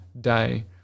day